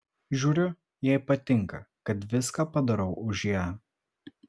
žiūriu jai patinka kai viską padarau už ją